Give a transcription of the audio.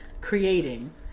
creating